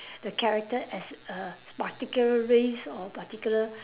the character as a particular race or particular